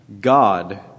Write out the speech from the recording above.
God